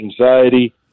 anxiety